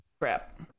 Crap